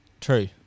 True